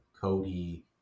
cody